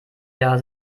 jahr